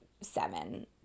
seven